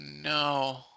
no